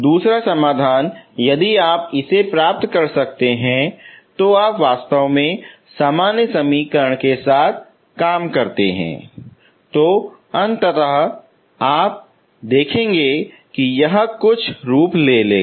दूसरा समाधान यदि आप इसे प्राप्त कर सकते हैं यदि आप वास्तव में सामान्य समीकरण के साथ काम करते हैं तो अंततः आप अंत में देखेंगे कि यह कुछ रूप लेगा